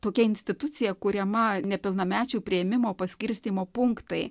tokia institucija kuriama nepilnamečių priėmimo paskirstymo punktai